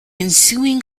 ensuing